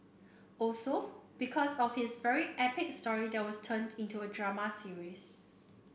also because of his very epic story that was turned into a drama series